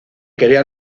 quería